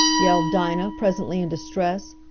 yelled dinah presently in distress.